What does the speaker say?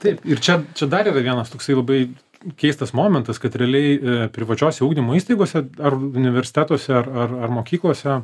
taip ir čia čia dar yra vienas toksai labai keistas momentas kad realiai privačiose ugdymo įstaigose ar universitetuose ar ar ar mokyklose